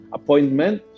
appointment